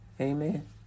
Amen